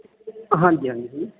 ਹਾਂਜੀ ਹਾਂਜੀ ਜੀ